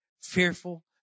fearful